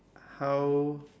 how